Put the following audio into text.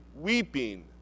weeping